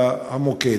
המוקד,